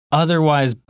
otherwise